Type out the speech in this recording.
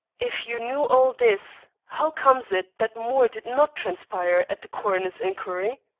if you knew all this, how comes it that more did not transpire at the coroner's inquiry?